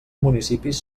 municipis